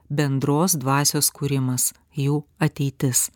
bendros dvasios kūrimas jų ateitis